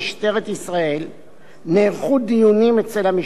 נערכו דיונים אצל המשנה ליועץ המשפטי לממשלה,